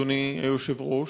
אדוני היושב-ראש,